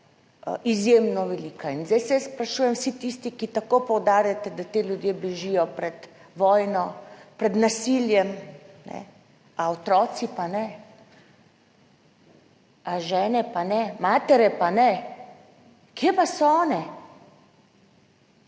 izjemno velika. In zdaj se jaz sprašujem, vsi tisti, ki tako poudarjate, da ti ljudje bežijo pred vojno, pred nasiljem. A otroci pa ne? A žene pa ne? Matere pa ne? Kje pa so one?